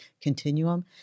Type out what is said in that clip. continuum